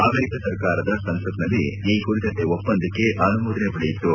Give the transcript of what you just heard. America ಸರ್ಕಾರದ ಸಂಸತ್ನಲ್ಲಿ ಈ ಕುರಿತಂತೆ ಒಪ್ಪಂದಕ್ಕೆ ಅನುಮೋದನೆ ಪಡೆಯಿತು